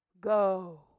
go